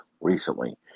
recently